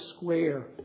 square